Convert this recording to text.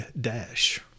dash